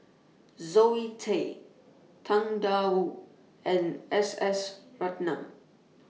Zoe Tay Tang DA Wu and S S Ratnam